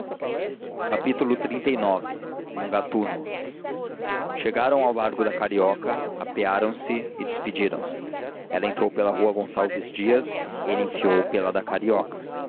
e incrédulo xxxix um gatuno chegaram ao largo da carioca apearam-se e despediram-se ela entrou pela rua gonçalves dias ele enfiou pela da carioca